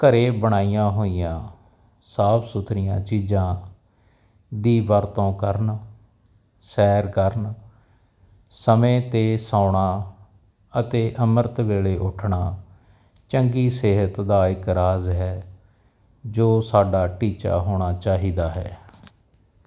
ਘਰ ਬਣਾਈਆਂ ਹੋਈਆਂ ਸਾਫ਼ ਥਰੀਆਂ ਚੀਜ਼ਾਂ ਦੀ ਵਰਤੋਂ ਕਰਨ ਸੈਰ ਕਰਨ ਸਮੇਂ 'ਤੇ ਸੌਣਾ ਅਤੇ ਅੰਮ੍ਰਿਤ ਵੇਲੇ ਉੱਠਣਾ ਚੰਗੀ ਸਿਹਤ ਦਾ ਇਕ ਰਾਜ ਹੈ ਜੋ ਸਾਡਾ ਟੀਚਾ ਹੋਣਾ ਚਾਹੀਦਾ ਹੈ